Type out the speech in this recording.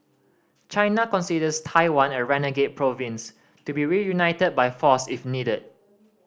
China considers Taiwan a renegade province to be reunited by force if needed